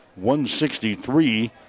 163